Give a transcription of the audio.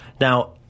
Now